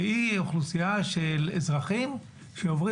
שהיא אוכלוסייה של אזרחים שעוברים